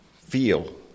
feel